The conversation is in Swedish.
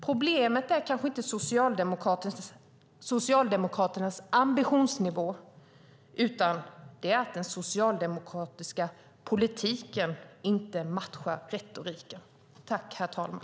Problemet är kanske inte Socialdemokraternas ambitionsnivå, utan att den socialdemokratiska politiken inte matchar retoriken.